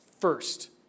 first